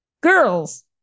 girls